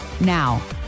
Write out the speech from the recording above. Now